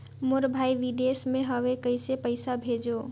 मोर भाई विदेश मे हवे कइसे पईसा भेजो?